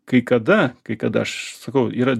kai kada kai kad aš sakau yra